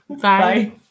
bye